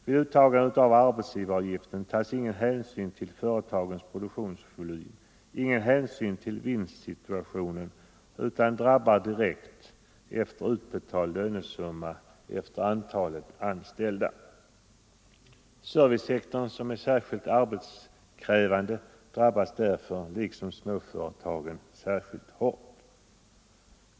Vid uttagande av arbetsgivaravgiften tas ingen hänsyn till företagens produktionsvolym och inte heller till vinstsituationen, utan avgiftens storlek bestäms endast av den utbetalade lönesumman. Servicesektorn som är särskilt arbetskrävande drabbas därför, liksom också småföretagen, särskilt hårt.